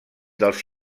dels